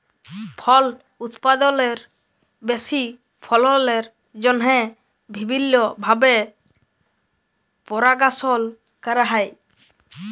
ফল উৎপাদলের বেশি ফললের জ্যনহে বিভিল্ল্য ভাবে পরপাগাশল ক্যরা হ্যয়